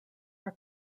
are